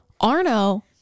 Arno